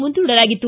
ಮುಂದೂಡಲಾಗಿತ್ತು